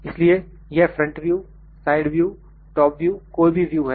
इसलिए यह front view side view top view कोई भी व्यू है